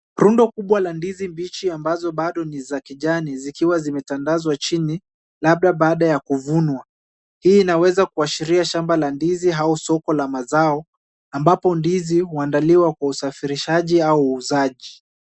Rundo kubwa za ndizi mbichi ambazo bado ni za kijani zikiwa, zimetandazwa chini labda baada ya kuvunwa. Hii inaweza kuashiria shamba la ndizi au soko la mazao ambapo ndizi huandaliwa kwa usafirishaji au uuzaji.